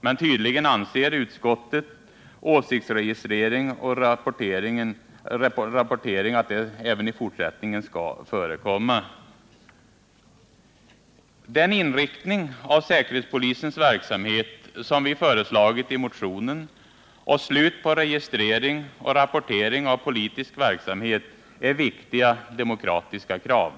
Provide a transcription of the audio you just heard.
Men tydligen anser utskottet att åsiktsregistrering och rapportering även i fortsättningen skall förekomma. Den inriktning av säkerhetspolisens verksamhet och krav på att få slut på registrering och rapportering av politisk verksamhet, som vi föreslagit i motionen, är viktiga demokratiska krav.